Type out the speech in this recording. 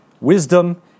Wisdom